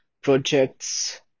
projects